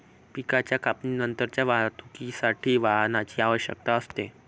पिकाच्या कापणीनंतरच्या वाहतुकीसाठी वाहनाची आवश्यकता असते